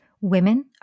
Women